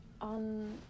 on